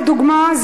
לדוגמה,